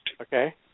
Okay